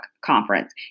Conference